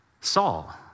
Saul